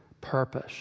purpose